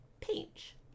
page